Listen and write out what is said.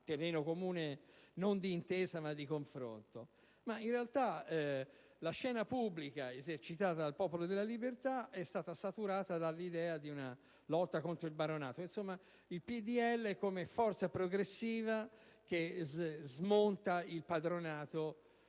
terreno comune, non di intesa, ma di confronto). In realtà, la scena pubblica del Popolo della libertà è stata saturata dall'idea di una lotta contro il baronato: insomma, il PdL si è presentato come forza progressiva che smonta il baronato.